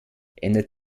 ändert